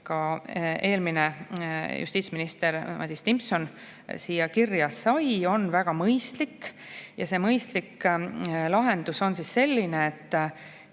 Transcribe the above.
eelmine justiitsminister Madis Timpson siia kirja pani, on väga mõistlik. Ja see mõistlik lahendus on selline, et